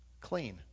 clean